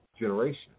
generation